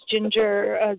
ginger